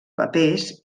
papers